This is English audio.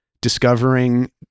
discovering